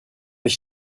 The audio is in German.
ich